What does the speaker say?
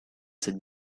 cette